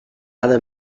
other